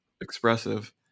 expressive